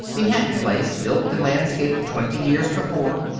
the hatton place, built and landscaped twenty years before,